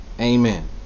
amen